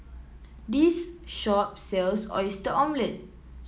this shop sells Oyster Omelette